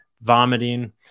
vomiting